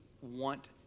want